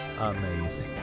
amazing